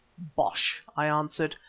bosh! i answered,